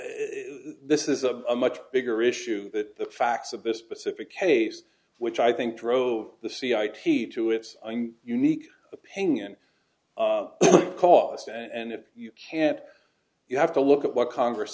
this is a much bigger issue that the facts of this specific case which i think drove the c i t to its unique opinion cost and if you can't you have to look at what congress